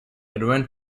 edwin